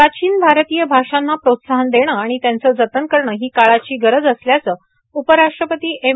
प्राचीन भारतीय भाषांना प्रोत्साहन देणं आर्मण त्यांचं जतन करणं हों काळाची गरज असल्याचं उपराष्ट्रपती एम